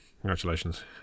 Congratulations